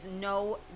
no